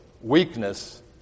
weakness